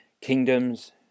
kingdoms